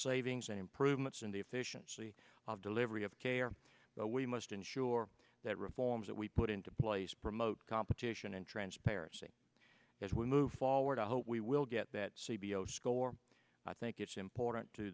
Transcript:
savings and improvements in the efficiency of delivery of care but we must ensure that reforms that we put into place promote competition and transparency as we move forward i hope we will get that c b l score i think it's important to